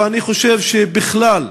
אבל אני חושב שבכלל,